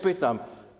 Pytam.